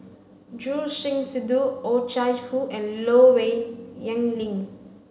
Choor Singh Sidhu Oh Chai Hoo and Low Yen Ling